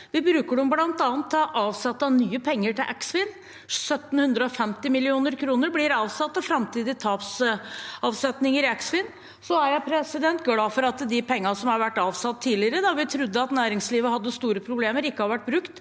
Vi bruker dem bl.a. til å avsette nye penger til Eksfin – 1 750 mill. kr blir avsatt til framtidige tapsavsetninger i Eksfin. Jeg er glad for at de pengene som har vært avsatt tidligere, da vi trodde at næringslivet hadde store problemer, ikke har vært brukt.